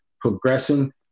progressing